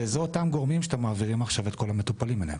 ואלה אותם הגורמים שאתם מעבירים עכשיו את כל המטופלים אליהם.